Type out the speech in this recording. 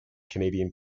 canadian